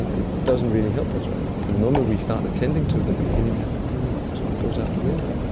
it it doesn't really help us, right? the moment we start attending to that we're feeling happy, then it sort of goes out the window.